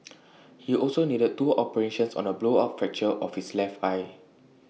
he also needed two operations on A blowout fracture of his left eye